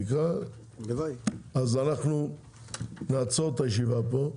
אנחנו נעצור את הישיבה פה.